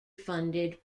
funded